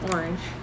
Orange